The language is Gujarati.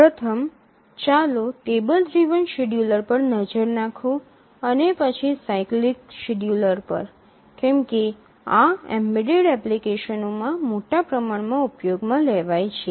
પ્રથમ ચાલો ટેબલ ડ્રિવન શેડ્યૂલર પર નજર નાખો અને પછી સાયક્લિક શેડ્યૂલર પર કેમ કે આ એમ્બેડેડ એપ્લિકેશનોમાં મોટા પ્રમાણમાં ઉપયોગમાં લેવાય છે